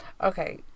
Okay